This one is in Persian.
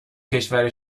کشور